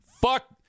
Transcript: Fuck